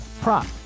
prop